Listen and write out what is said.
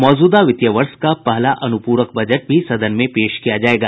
मौजूदा वित्तीय वर्ष का पहला अनुपूरक बजट भी सदन में पेश किया जायेगा